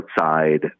outside